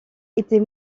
était